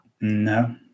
No